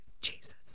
Jesus